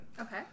Okay